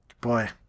Boy